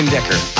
Decker